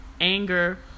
anger